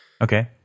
Okay